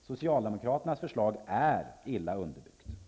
Socialdemokraternas förslag är illa underbyggt.